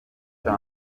cya